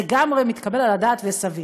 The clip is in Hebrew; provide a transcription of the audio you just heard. לגמרי מתקבל על הדעת וסביר,